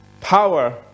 power